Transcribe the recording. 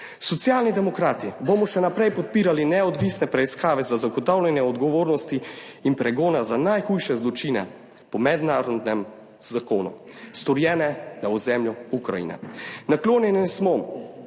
Socialni demokrati bomo še naprej podpirali neodvisne preiskave za zagotavljanje odgovornosti in pregona za najhujše zločine po mednarodnem zakonu, storjene na ozemlju Ukrajine. Naklonjeni smo